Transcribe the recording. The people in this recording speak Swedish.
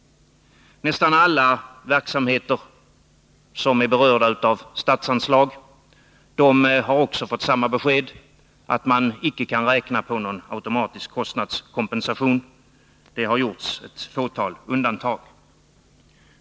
Nästan alla verksamheter som är berörda av statsanslag har också fått samma besked, att de icke kan räkna på någon automatisk kostnadskompensation. Det har gjorts ett fåtal undantag.